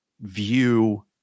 view